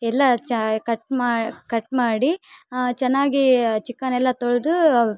ಎಲ್ಲ ಚಾ ಕಟ್ ಮಾ ಕಟ್ಮಾಡಿ ಚೆನ್ನಾಗೀ ಚಿಕನೆಲ್ಲಾ ತೊಳೆದು ಅವು